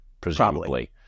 presumably-